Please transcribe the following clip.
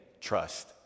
trust